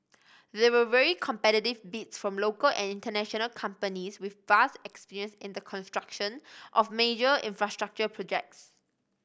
there were very competitive bids from local and international companies with vast experience in the construction of major infrastructure projects